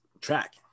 track